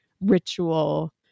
ritual